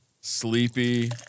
sleepy